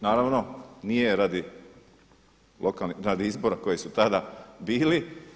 Naravno nije radi izbora koji su tada bili.